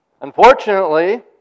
unfortunately